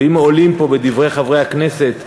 ואם עולה פה, בדברי חברי הכנסת,